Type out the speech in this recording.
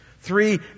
three